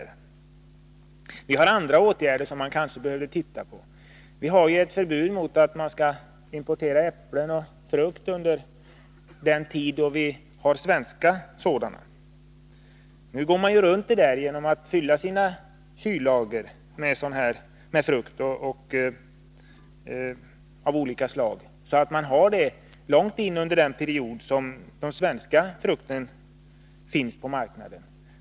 Det finns andra åtgärder som kanske behöver undersökas. Vi har ett förbud mot att importera frukt under den tid då vi har svensk sådan. Nu går man runt detta förbud, genom att fylla sina kyllager med frukt av olika slag så att man har sådan även under den period då det finns svensk frukt på marknaden.